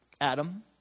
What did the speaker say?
Adam